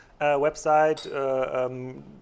website